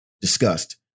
discussed